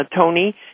Tony